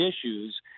issues—